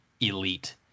elite